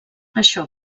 això